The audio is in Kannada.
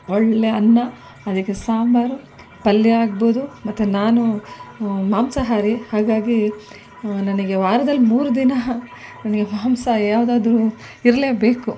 ಒಳ್ಳೆಯ ಅನ್ನ ಅದಕ್ಕೆ ಸಾಂಬಾರು ಪಲ್ಯ ಆಗ್ಬೋದು ಮತ್ತು ನಾನು ಮಾಂಸಹಾರಿ ಹಾಗಾಗಿ ನನಗೆ ವಾರದಲ್ಲಿ ಮೂರು ದಿನ ಮಾಂಸ ಯಾವ್ದಾದ್ರೂ ಇರಲೇಬೇಕು